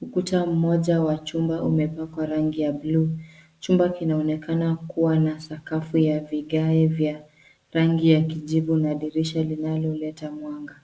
Ukuta moja wa chumba umepakwa rangi ya buluu. Chumba kinaonekana kuwa na sakafu ya vigae vya rangi ya kijivu na dirisha linaloleta mwanga.